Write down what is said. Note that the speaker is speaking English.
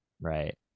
right